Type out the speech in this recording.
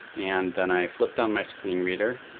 and then i flipped on my screen reader,